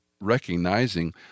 recognizing